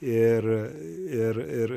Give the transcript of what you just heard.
ir ir ir